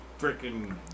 freaking